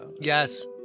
Yes